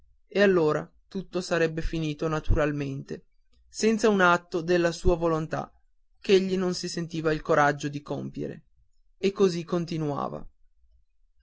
e allora tutto sarebbe finito naturalmente senza un atto della sua volontà ch'egli non si sentiva il coraggio di compiere e così continuava